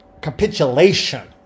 capitulation